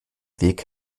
weg